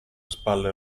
spalle